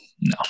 no